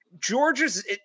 Georgia's –